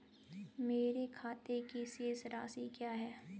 मेरे खाते की शेष राशि क्या है?